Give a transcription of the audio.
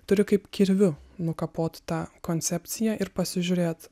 turi kaip kirviu nukapot tą koncepciją ir pasižiūrėt